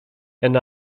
and